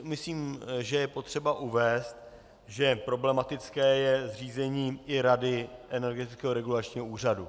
Myslím, že je potřeba uvést, že problematické je zřízení i Rady Energetického regulačního úřadu.